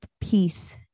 peace